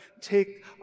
take